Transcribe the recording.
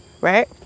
right